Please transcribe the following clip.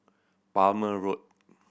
Palmer Road